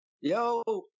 Yo